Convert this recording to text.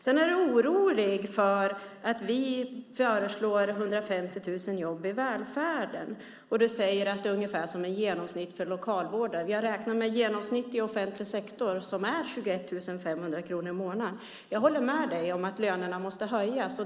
Du är orolig för att vi föreslår 150 000 jobb i välfärden. Du säger att lönen är i genomsnitt ungefär som en lokalvårdares. Vi har räknat med ett genomsnitt i offentlig sektor som är ungefär 21 500 kronor i månaden. Jag håller med dig om att lönerna måste höjas.